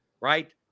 right